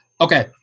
Okay